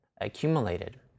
accumulated